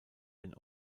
den